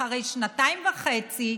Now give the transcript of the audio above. אחרי שנתיים וחצי,